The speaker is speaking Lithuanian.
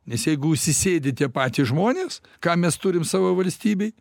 nes jeigu užsisėdi tie patys žmonės ką mes turim savo valstybėj